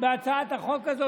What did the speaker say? בהצעת החוק הזאת.